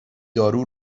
دارو